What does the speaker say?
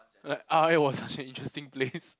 like R_I was such an interesting place